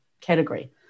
category